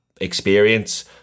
experience